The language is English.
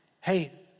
hey